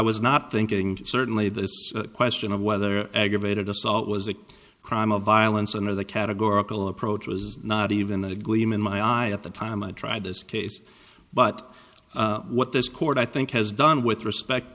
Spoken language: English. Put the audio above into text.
was not thinking certainly the question of whether aggravated assault was a crime of violence and of the categorical approach was not even a gleam in my at the time i tried this case but what this court i think has done with respect